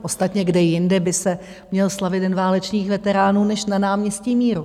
Ostatně, kde jinde by se měl slavit Den válečných veteránů než na náměstí Míru?